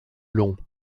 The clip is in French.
long